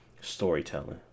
storytelling